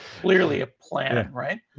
clearly a plan, right?